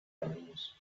enemies